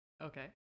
Okay